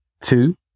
Two